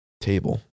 table